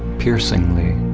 piercingly,